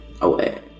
away